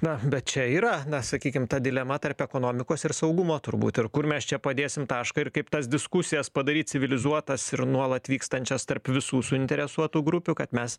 na bet čia yra na sakykim ta dilema tarp ekonomikos ir saugumo turbūt ir kur mes čia padėsim tašką ir kaip tas diskusijas padaryt civilizuotas ir nuolat vykstančias tarp visų suinteresuotų grupių kad mes